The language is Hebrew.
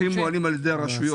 הצרכים מועלים על ידי הרשויות,